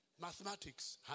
Mathematics